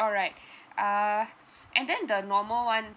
alright uh and then the normal [one]